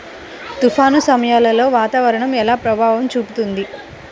తుఫాను సమయాలలో వాతావరణం ఎలా ప్రభావం చూపుతుంది?